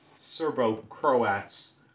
Serbo-Croats